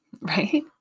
right